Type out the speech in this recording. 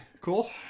cool